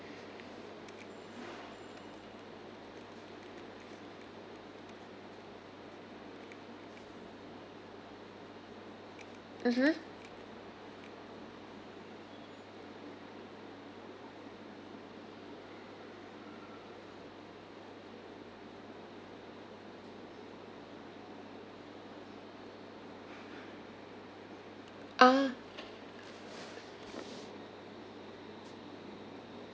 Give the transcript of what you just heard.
mmhmm ah